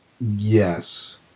yes